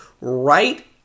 right